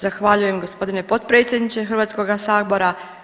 Zahvaljujem gospodine potpredsjedniče Hrvatskoga sabora.